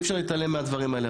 אי אפשר להתעלם מהדברים האלה,